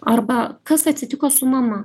arba kas atsitiko su mama